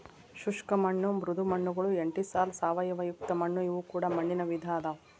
ಶುಷ್ಕ ಮಣ್ಣು ಮೃದು ಮಣ್ಣುಗಳು ಎಂಟಿಸಾಲ್ ಸಾವಯವಯುಕ್ತ ಮಣ್ಣು ಇವು ಕೂಡ ಮಣ್ಣಿನ ವಿಧ ಅದಾವು